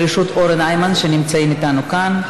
בראשות אורן היימן, שנמצאים איתנו כאן.